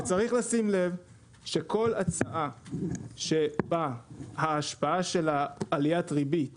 וצריך לשים לב שכל הצעה שבה ההשפעה של עליית הריבית